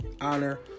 honor